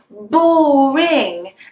boring